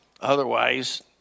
Otherwise